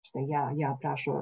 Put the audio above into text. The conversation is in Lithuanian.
štai ją ją aprašo